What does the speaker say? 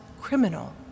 criminal